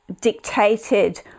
dictated